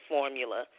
Formula